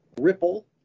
Ripple